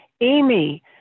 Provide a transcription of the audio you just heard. Amy